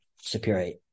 superior